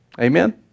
Amen